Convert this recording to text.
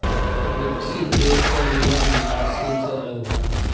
विकसित देश क नियम विकासशील से अलग होला